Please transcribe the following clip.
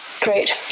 Great